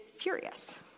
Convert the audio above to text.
furious